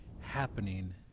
happening